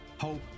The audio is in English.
Hope